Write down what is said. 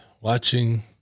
watching